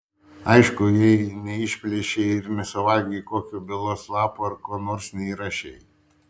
aišku jei neišplėšei ir nesuvalgei kokio bylos lapo ar ko nors neįrašei